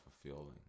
fulfilling